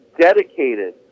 dedicated